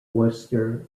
worcester